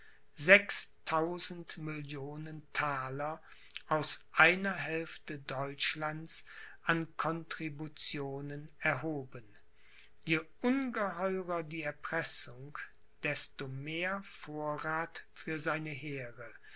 aus einer hälfte deutschlands an contributionen erhoben je ungeheurer die erpressung desto mehr vorrath für seine heere